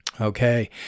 Okay